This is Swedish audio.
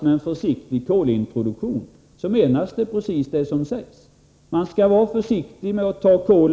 Med en försiktig kolintroduktion menas precis vad som sägs. Man skall vara försiktig med att ta kolet i anspråk.